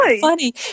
funny